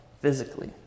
physically